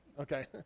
Okay